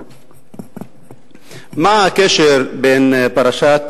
מה הקשר בין פרשת